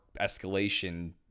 escalation